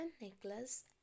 necklace